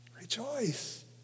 Rejoice